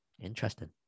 Interesting